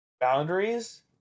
boundaries